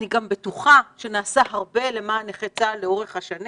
אני גם בטוחה שנעשה הרבה למען נכי צה"ל לאורך השנים